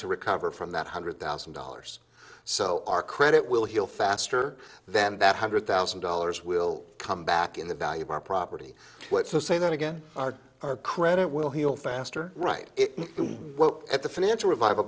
to recover from that hundred thousand dollars so our credit will heal faster than that hundred thousand dollars will come back in the value of our property what's to say that again our credit will heal faster right at the financial revival